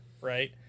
right